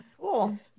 Cool